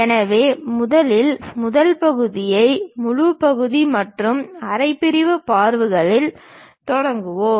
எனவே முதலில் முதல் பகுதியை முழு பகுதி மற்றும் அரை பிரிவு பார்வைகளில் தொடங்குவோம்